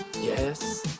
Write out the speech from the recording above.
Yes